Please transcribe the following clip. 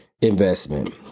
investment